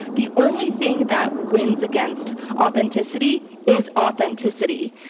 the only thing that wins against authenticity is authenticity.